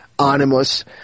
animus